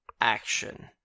action